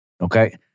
Okay